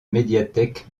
médiathèque